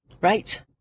right